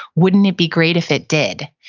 wouldn't it be great if it did?